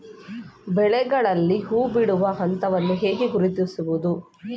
ಬೆಳೆಗಳಲ್ಲಿ ಹೂಬಿಡುವ ಹಂತವನ್ನು ಹೇಗೆ ಗುರುತಿಸುವುದು?